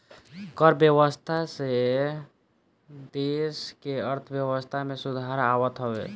कर व्यवस्था से देस के अर्थव्यवस्था में सुधार आवत हवे